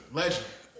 legend